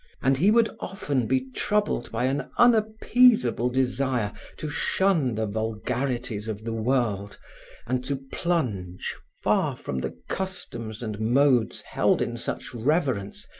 and he would often be troubled by an unappeasable desire to shun the vulgarities of the world and to plunge, far from the customs and modes held in such reverence,